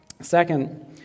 second